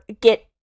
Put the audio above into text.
get